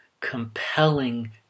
compelling